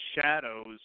Shadows